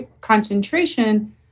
concentration